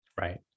Right